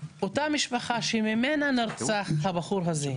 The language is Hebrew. אותה משפחה שממנה נרצח הבחור הזה,